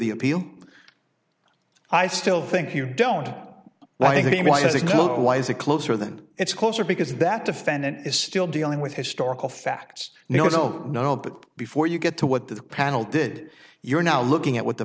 the appeal i still think you don't why is it why is it closer than it's closer because that defendant is still dealing with historical facts no no no but before you get to what the panel did you're now looking at what the